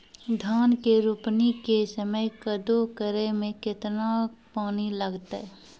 धान के रोपणी के समय कदौ करै मे केतना पानी लागतै?